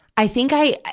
i think i,